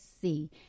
See